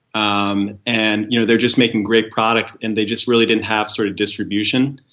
um and you know they're just making great product and they just really didn't have sort of distribution.